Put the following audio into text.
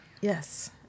yes